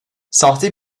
sahte